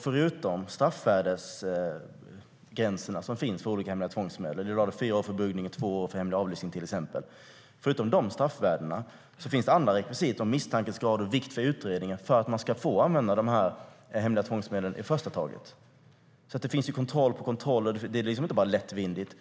Förutom straffvärdesgränserna som finns för olika hemliga tvångsmedel, till exempel fyra år för buggning och två år för hemlig avlyssning, finns andra rekvisit om misstankegrad och vikt för utredning för att man ska få använda de hemliga tvångsmedlen i första taget. Det finns kontroll på kontroll, och det är alltså inte fråga om något som sker lättvindigt.